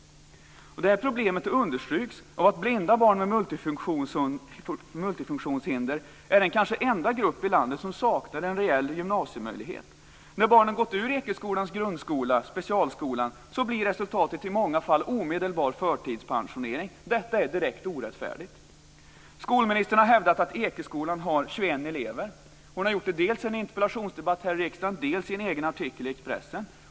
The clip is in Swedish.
Det här problemet understryks av att blinda barn med multifunktionshinder är den kanske enda grupp i landet som saknar en rejäl gymnasiemöjlighet. När barnen gått ur Ekeskolans grundskola, specialskolan, blir resultatet i många fall omedelbar förtidspensionering. Detta är direkt orättfärdigt. Skolministern har hävdat att Ekeskolan har 21 elever. Hon har gjort det dels i en interpellationsdebatt här i riksdagen, dels i sin egen artikel i Expressen.